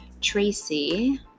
Tracy